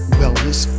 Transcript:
wellness